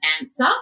answer